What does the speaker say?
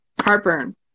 heartburn